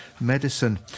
Medicine